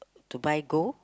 to buy gold